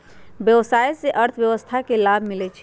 व्यवसाय से अर्थव्यवस्था के लाभ मिलइ छइ